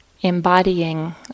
embodying